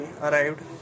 arrived